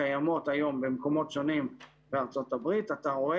שקיימות היום במקומות שונים בארצות הברית אתה רואה